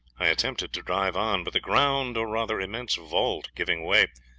i attempted to drive on, but the ground, or rather immense vault, giving way,